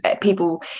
people